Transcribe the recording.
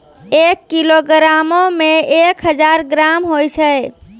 एक किलोग्रामो मे एक हजार ग्राम होय छै